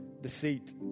deceit